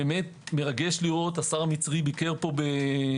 באמת מרגש לראות השר המצרי ביקר בישראל.